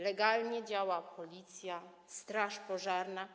Legalnie działają policja, straż pożarna.